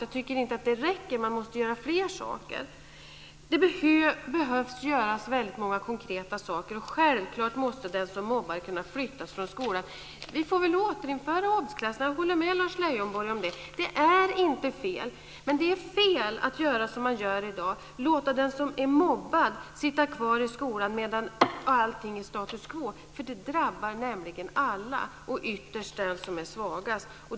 Jag tycker inte att det här räcker. Man måste göra fler saker - många konkreta saker behöver göras. Självfallet måste den som mobbar kunna flyttas från skolan. Vi får väl återinföra obsklasserna - jag håller med Lars Leijonborg om det. Det är inte fel. Men det är fel att göra som man gör i dag och låta den som mobbar sitta kvar i skolan medan allting är status quo. Det drabbar nämligen alla, och ytterst den som är svagast.